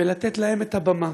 בלתת להם את הבמה,